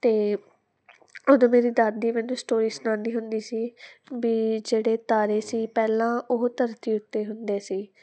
ਅਤੇ ਉਦੋਂ ਮੇਰੀ ਦਾਦੀ ਮੈਨੂੰ ਸਟੋਰੀ ਸੁਣਾਉਂਦੀ ਹੁੰਦੀ ਸੀ ਵੀ ਜਿਹੜੇ ਤਾਰੇ ਸੀ ਪਹਿਲਾਂ ਉਹ ਧਰਤੀ ਉੱਤੇ ਹੁੰਦੇ ਸੀ